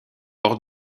hors